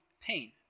pain